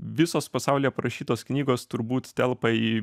visos pasaulyje parašytos knygos turbūt telpa į